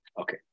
Okay